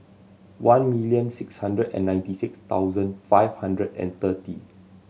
one million six hundred and ninety six thousand five hundred and thirty